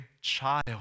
child